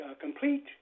complete